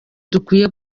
dukwiye